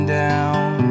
down